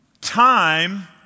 time